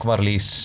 Marlies